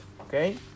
okay